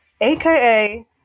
aka